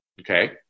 okay